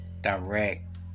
direct